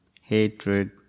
hatred